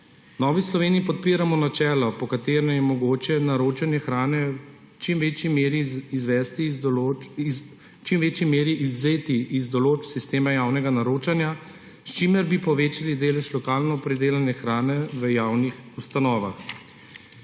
Novi Sloveniji podpiramo načelo, po katerem je mogoče naročanje hrane v čim večji meri izvzeti iz določb sistema javnega naročanja, s čimer bi povečali delež lokalno pridelane hrane v javnih ustanovah.